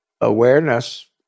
Awareness